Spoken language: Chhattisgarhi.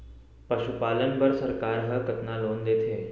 पशुपालन बर सरकार ह कतना लोन देथे?